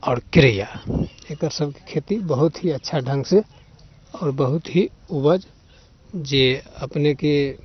आओर केरैआ एकरसबके खेती बहुत ही अच्छा ढङ्गसँ आओर बहुत ही उपज जे अपनेँके